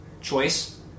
choice